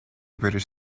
british